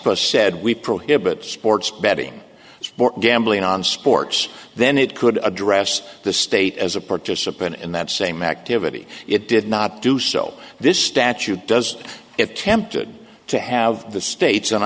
post said we prohibit sports betting sports gambling on sports then it could address the state as a participant in that same activity it did not do so this statute does have tempted to have the states and